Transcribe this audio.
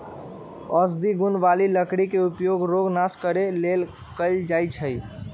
औषधि गुण बला लकड़ी के उपयोग रोग नाश करे लेल कएल जाइ छइ